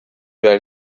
vers